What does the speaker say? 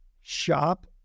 Shop